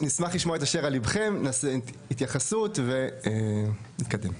אשר על ליבכם, נעשה התייחסות ונתקדם.